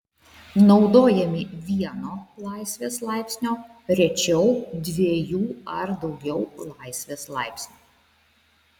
naudojami vieno laisvės laipsnio rečiau dviejų ar daugiau laisvės laipsnių